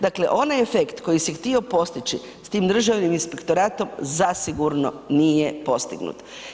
Dakle, onaj efekt koji se htio postići s tim Državnim inspektoratom zasigurno nije postignut.